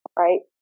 right